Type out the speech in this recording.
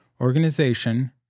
organization